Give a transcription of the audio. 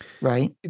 right